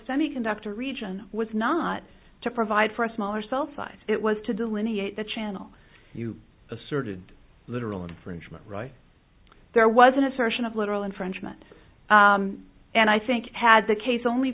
semiconductor region was not to provide for a smaller cell size it was to delineate the channel you asserted literal infringement right there was an assertion of literal infringement and i think had the case only